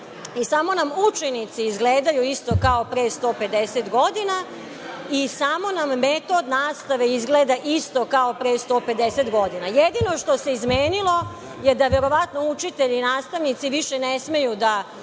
i samo nam učenici izgledaju isto kao pre 150 godina i samo nam metod nastave izgleda isto kao pre 150 godina. Jedino što se izmenilo je verovatno da učitelji i nastavnici više ne smeju da